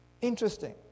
Interesting